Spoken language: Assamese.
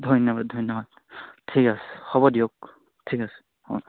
ধন্যবাদ ধন্যবাদ ঠিক আছে হ'ব দিয়ক ঠিক আছে অঁ